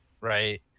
Right